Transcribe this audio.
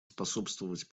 способствовать